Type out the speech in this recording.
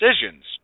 decisions